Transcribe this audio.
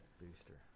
Booster